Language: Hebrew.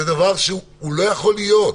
זה דבר שלא יכול להיות.